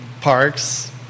Parks